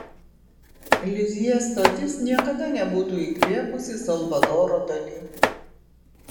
lizjė stotis niekada nebūtų įkvėpusi salvadoro dali